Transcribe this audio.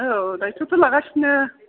औ दायथ'थ' लागासिनो